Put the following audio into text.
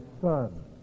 son